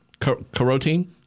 Carotene